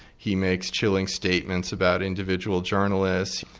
he makes chilling statements about individual journalists,